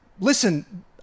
listen